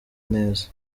neza